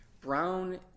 Brown